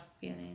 feeling